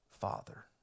Father